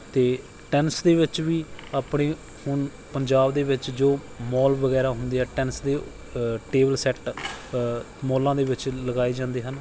ਅਤੇ ਟੈਨਿਸ ਦੇ ਵਿੱਚ ਵੀ ਆਪਣੇ ਹੁਣ ਪੰਜਾਬ ਦੇ ਵਿੱਚ ਜੋ ਮੌਲ ਵਗੈਰਾ ਹੁੰਦੇ ਆ ਟੈਨਿਸ ਦੇ ਟੇਬਲ ਸੈਟ ਮੌਲਾਂ ਦੇ ਵਿੱਚ ਲਗਾਏ ਜਾਂਦੇ ਹਨ